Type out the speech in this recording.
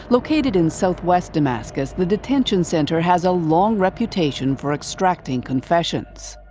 located in southwest damascus, the detention centre has a long reputation for extracting confessions.